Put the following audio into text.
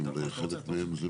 ההשגות.